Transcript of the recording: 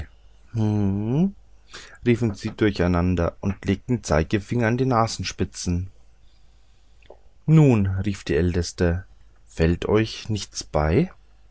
riefen sie durcheinander und legten die zeigefinger an die nasenspitzen nun rief die älteste fällt euch nichts bei